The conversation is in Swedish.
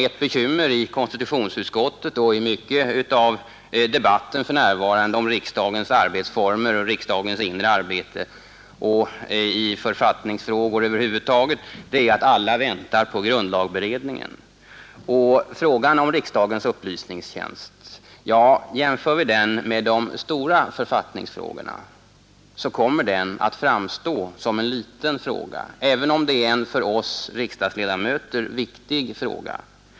Ett bekymmer i konstitutionsutskottet och i mycket av debatten för närvarande om riksdagens arbetsformer, om riksdagens inre arbete och i författningsfrågor över huvud taget är att alla väntar på grundlagberedningen, Jämför vi frågan om riksdagens upplysningstjänst med de stora författningsfrågorna, så kommer den att framstå som ett litet problem även om den är en för oss riksdagsledamöter viktig fråga.